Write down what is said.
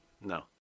No